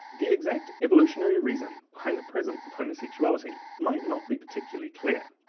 the exact evolutionary reason behind the presence of homosexuality might not be particularly clear,